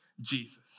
Jesus